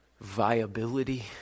viability